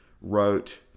wrote